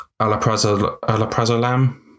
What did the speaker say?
Alaprazolam